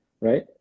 right